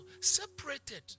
separated